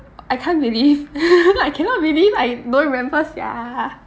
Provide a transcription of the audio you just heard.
I can't believe I cannot believe I don't remember sia